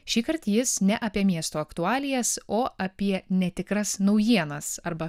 šįkart jis ne apie miesto aktualijas o apie netikras naujienas arba